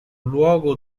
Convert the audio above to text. luogo